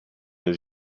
his